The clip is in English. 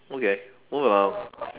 okay move along